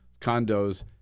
condos